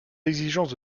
exigences